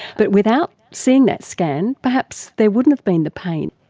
but without seeing that scan perhaps there wouldn't have been the pain.